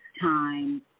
time